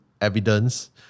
evidence